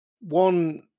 One